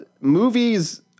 Movies